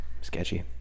Sketchy